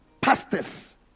pastors